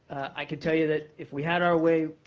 i could tell you that if we had our way,